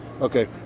Okay